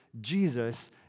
Jesus